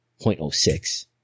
0.06